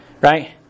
right